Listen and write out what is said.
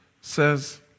says